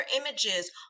images